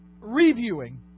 reviewing